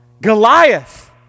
Goliath